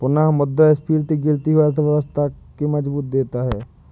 पुनःमुद्रस्फीति गिरती हुई अर्थव्यवस्था के मजबूती देता है